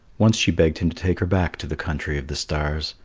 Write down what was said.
once she begged him to take her back to the country of the stars,